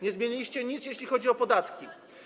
Nie zmieniliście nic, jeśli chodzi o podatki.